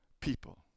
people